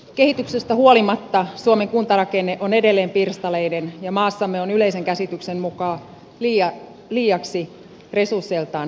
kehityksestä huolimatta suomen kuntarakenne on edelleen pirstaleinen ja maassamme on yleisen käsityksen mukaan liiaksi resursseiltaan heikkoja kuntia